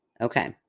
Okay